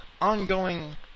ongoing